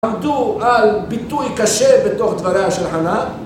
עמדו על ביטוי קשה בתוך דבריה של חנה